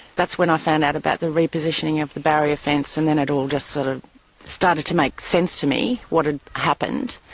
that's when i found out about the repositioning of the barrier fence and then it all just sort of started to make sense to me what had happened,